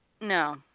No